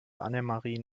annemarie